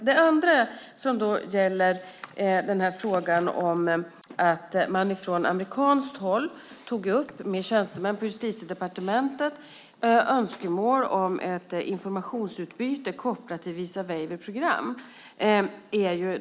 Det andra är att man från amerikanskt håll tog upp med tjänstemän på Justitiedepartementet önskemål om ett informationsutbyte kopplat till Visa Waiver Program.